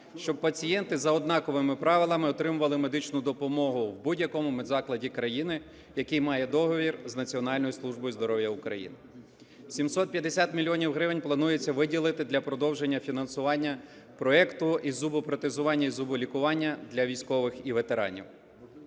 щоб пацієнти за однаковими правилами отримували медичну допомогу в будь-якому медзакладі країни, який має договір з Національною службою здоров'я України. 750 мільйонів гривень планується виділити для продовження фінансування проєкту із зубопротезування і зуболікування для військових і ветеранів.